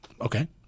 Okay